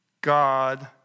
God